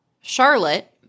Charlotte